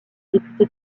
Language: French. député